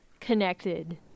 connected